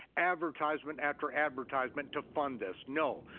advertisement after advertisement to fund this. no,